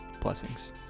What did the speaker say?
Blessings